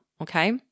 okay